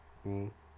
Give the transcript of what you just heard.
mmhmm